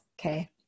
Okay